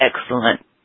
excellent